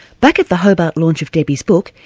back at the hobart launch of debi's book,